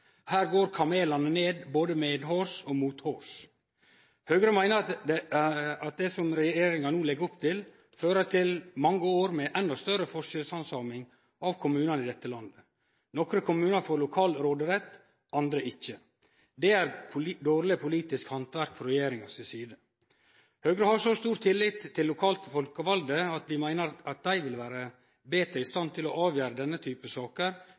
Her går kamelane ned både medhårs og mothårs. Høgre meiner at det regjeringa no legg opp til, fører til mange år med endå større forskjellshandsaming av kommunane i dette landet. Nokre kommunar får lokal råderett, andre ikkje. Det er dårleg politisk handverk frå regjeringa si side. Høgre har så stor tillit til lokale folkevalde at vi meiner dei vil vere betre i stand til å avgjere denne type saker